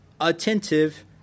attentive